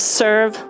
serve